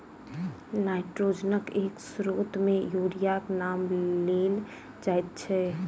नाइट्रोजनक एक स्रोत मे यूरियाक नाम लेल जाइत छै